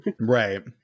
Right